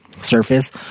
surface